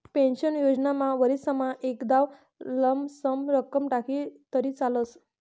pension योजनामा वरीसमा एकदाव लमसम रक्कम टाकी तरी चालस